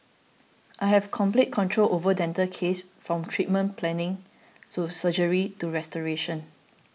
I have complete control over dental cases from treatment planning to surgery to restoration